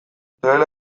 duela